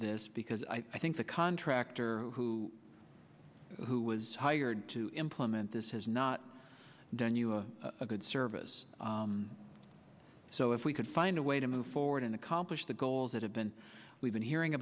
this because i think the contractor who who was hired to implement this has not done us a good service so if we could find a way to move forward and accomplish the goals that have been we've been hearing